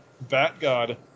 bat-god